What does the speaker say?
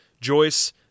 Joyce